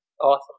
Awesome